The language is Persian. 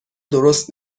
درست